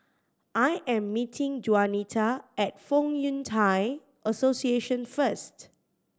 I am meeting Juanita at Fong Yun Thai Association first